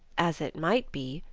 as it might be,